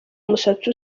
umusatsi